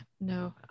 no